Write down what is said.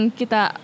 kita